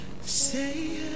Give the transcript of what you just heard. say